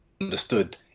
understood